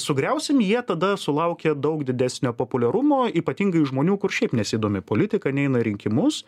sugriausim jie tada sulaukia daug didesnio populiarumo ypatingai iš žmonių kur šiaip nesidomi politika neina į rinkimus